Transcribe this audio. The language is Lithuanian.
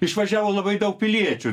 išvažiavo labai daug piliečių